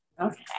okay